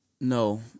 No